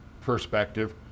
perspective